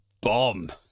bomb